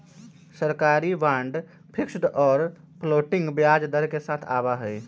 सरकारी bond fixed और floating ब्याज दर के साथ आवा हई